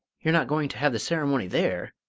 you're not going to have the ceremony there?